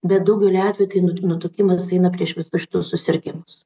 bet daugeliu atvejų tai nu nutukimas eina prieš visus šitus susirgimus